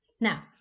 Now